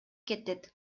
кетет